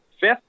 fifth